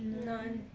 none.